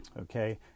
Okay